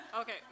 Okay